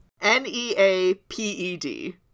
N-E-A-P-E-D